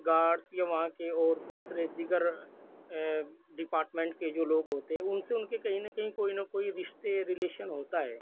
gods یا وہاں کے اور دوسرے دیگر ڈپاٹمنٹ کے جو لوگ ہوتے ہیں ان سے ان کے کہیں نہ کہیں کوئی نہ کوئی رشتے رلیشن ہوتا ہے